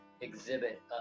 exhibit